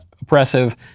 oppressive